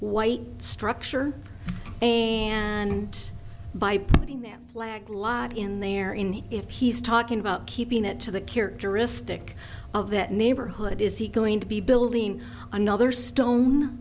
white structure and by putting them black a lot in there in if he's talking about keeping it to the characteristic of that neighborhood is he going to be building another stone